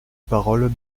parole